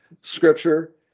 scripture